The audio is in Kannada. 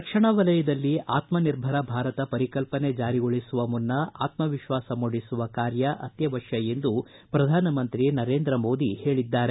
ರಕ್ಷಣಾ ವಲಯದಲ್ಲಿ ಆತ್ಮಿರ್ಭರ ಭಾರತ ಪರಿಕಲ್ಪನೆ ಜಾರಿಗೊಳಿಸುವ ಮುನ್ನ ಆತ್ಮಿಶ್ವಾಸ ಮೂಡಿಸುವ ಕಾರ್ಯ ಅತ್ಯವಶ್ಯ ಎಂದು ಪ್ರಧಾನಮಂತ್ರಿ ನರೇಂದ್ರ ಮೋದಿ ಹೇಳಿದ್ದಾರೆ